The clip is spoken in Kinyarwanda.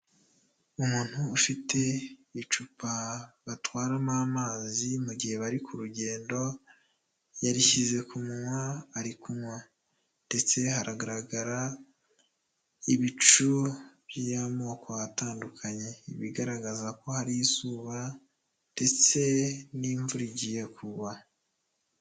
Umuntu ufite icupa batwaramo amazi mu gihe bari ku rugendo, yarishyize ku munwa ari kunywa ndetse haragaragara ibicu by'amoko atandukanye, ibigaragaza ko hari izuba ndetse n'imvura igiye kugwa.